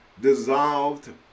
dissolved